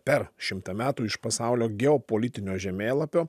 per šimtą metų iš pasaulio geopolitinio žemėlapio